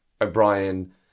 O'Brien